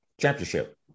championship